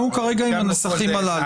אנחנו כרגע עם הנוסחים הללו.